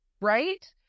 Right